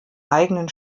eigenen